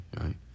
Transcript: right